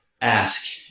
ask